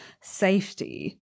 safety